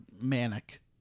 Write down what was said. manic